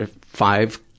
five